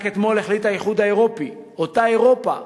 רק אתמול החליט האיחוד האירופי, אותה אירופה